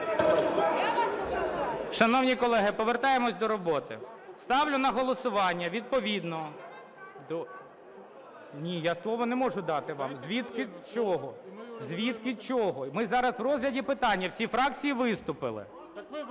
Шановні колеги, повертаємося до роботи. Ставлю на голосування відповідно до... Ні, я слово не можу дати вам. Звідки чого? Звідки чого? Ми зараз у розгляді питання, всі фракції виступили.